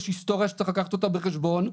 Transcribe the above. יש היסטוריה שצריך לקחת אותה בחשבון.